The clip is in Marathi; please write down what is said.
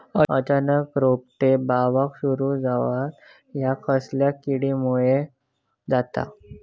अचानक रोपटे बावाक सुरू जवाप हया कसल्या किडीमुळे जाता?